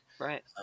Right